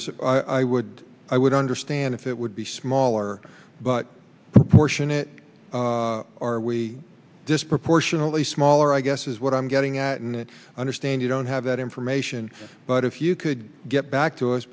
is i would i would understand if it would be smaller but proportionate are we disproportionately smaller i guess is what i'm getting at and understand you don't have that information but if you could get back to us